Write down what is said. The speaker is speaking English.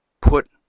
put